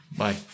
Bye